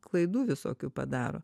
klaidų visokių padaro